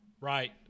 Right